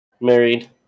Married